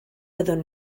fyddwn